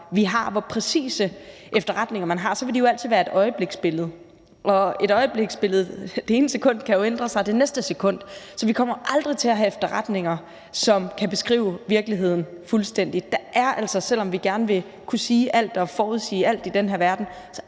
vi har og hvor præcise efterretninger man har, vil de jo altid være et øjebliksbillede, og et øjebliksbillede kan jo ændre sig fra det ene sekund til det næste, så vi kommer aldrig til at have efterretninger, som kan beskrive virkeligheden fuldstændig. Der er altså, selv om vi gerne vil kunne sige alt og forudsige alt i den her verden,